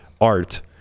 art